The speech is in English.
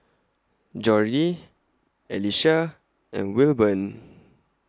Jordi Alicia and Wilburn